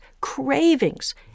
cravings